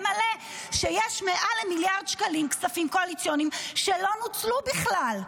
מלא שיש מעל למיליארד שקלים כספים קואליציוניים שלא נוצלו בכלל: